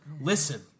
Listen